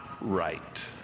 right